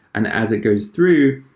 and as it goes through,